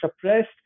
suppressed